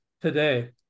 today